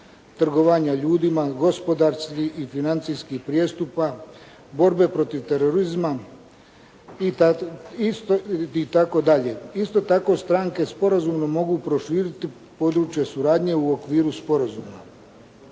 trgovanja ljudima, gospodarskih i financijskih prijestupa, borbe protiv terorizma itd. Isto tako, stranke sporazumno mogu proširiti područje suradnje u okviru sporazuma.